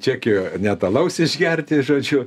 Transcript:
čekijoj net alaus išgerti žodžiu